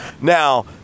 Now